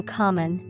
common